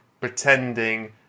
pretending